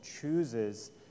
chooses